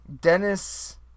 Dennis